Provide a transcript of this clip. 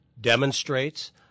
demonstrates